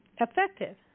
effective